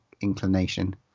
inclination